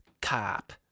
cop